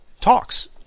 talks